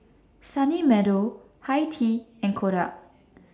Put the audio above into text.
Sunny Meadow Hi Tea and Kodak